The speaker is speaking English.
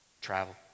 travel